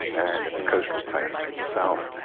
and in the coastal plains in the south,